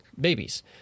babies